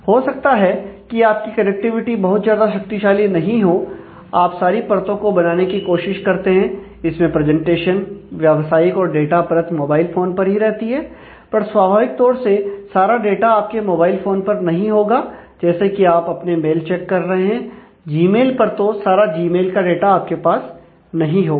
हो सकता है कि आपकी कनेक्टिविटी बहुत ज्यादा शक्तिशाली नहीं हो आप सारी परतो को बनाने की कोशिश करते हैं इसमें प्रेजेंटेशन व्यावसायिक और डाटा परत मोबाइल फोन पर ही रहती हैं पर स्वाभाविक तौर से सारा डाटा आपके मोबाइल फोन पर नहीं होगा जैसे कि आप अपने मेल चेक कर रहे हैं जीमेल पर तो सारा जीमेल का डाटा आपके पास नहीं होगा